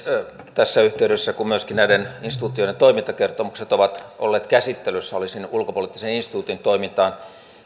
tässä yhteydessä kun myöskin näiden instituutioiden toimintakertomukset ovat käsittelyssä olisin ulkopoliittisen instituutin toimintaan